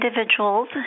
individuals